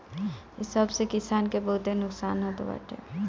इ सब से किसान के बहुते नुकसान होत बाटे